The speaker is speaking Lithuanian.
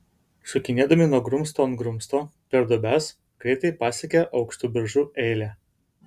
šokinėdami nuo grumsto ant grumsto per duobes greitai pasiekė aukštų beržų eilę